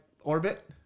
orbit